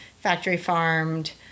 factory-farmed